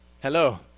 hello